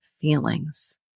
feelings